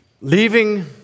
leaving